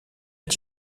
est